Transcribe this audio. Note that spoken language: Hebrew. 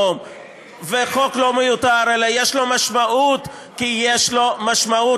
המציאות הזאת הזויה עוד יותר כשאנחנו מדברים על אנשים עם מחלות כרוניות.